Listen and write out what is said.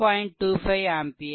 25 ampere